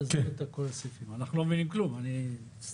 אני חושב שהנקודה ברורה, אנחנו יכולים להמשיך.